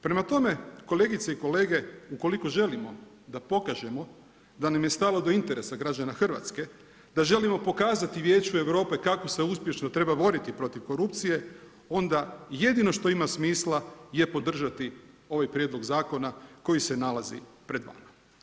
Prema tome, kolegice i kolege, ukoliko želimo da pokažemo da nam je stalo do interesa građana Hrvatske, da želimo pokazati Vijeću Europe kako se uspješno treba boriti protiv korupcije, onda jedino što ima smisla je podržati ovaj prijedlog zakona koji se nalazi pred vama.